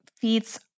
feats